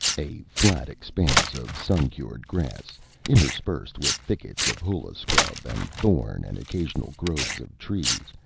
a flat expanse of sun-cured grass interspersed with thickets of hula-scrub and thorn and occasional groves of trees,